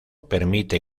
permite